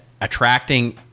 attracting